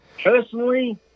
Personally